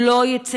הם לא יצעקו,